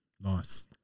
nice